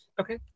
Okay